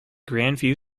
grandview